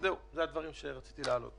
אנחנו נמצאים בתקופה שבה הרבה מאוד מאזרחי ישראל,